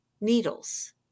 needles